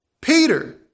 Peter